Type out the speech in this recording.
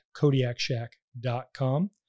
kodiakshack.com